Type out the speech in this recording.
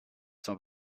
sans